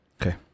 Okay